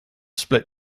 split